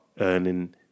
earning